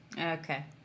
Okay